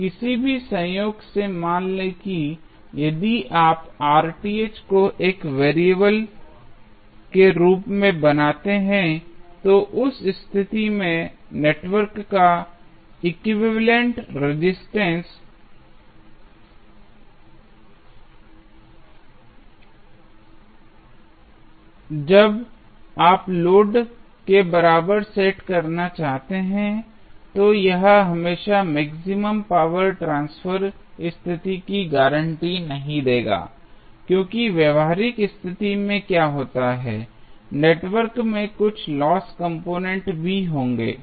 अब किसी भी संयोग से मान लें कि यदि आप को एक वेरिएबल के रूप में बनाते हैं तो उस स्थिति में नेटवर्क का एक्विवैलेन्ट रेजिस्टेंस जब आप लोड के बराबर सेट करना चाहते हैं तो यह हमेशा मैक्सिमम पावर ट्रांसफर स्थिति की गारंटी नहीं देगा क्योंकि व्यावहारिक स्थिति में क्या होता है नेटवर्क में कुछ लॉस कम्पोनेंट भी होंगे